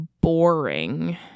boring